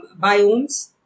biomes